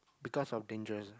because of dangerous